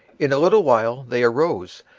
in a little while they arose,